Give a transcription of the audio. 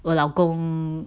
我老公